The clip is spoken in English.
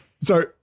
So-